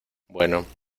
bueno